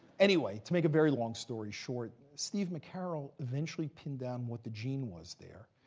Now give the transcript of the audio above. anyway, to make a very long story short, steve mccarroll eventually pinned down what the gene was there.